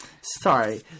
sorry